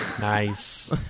nice